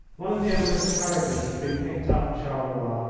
one of the emperor's carriages had been picked up at charleroi,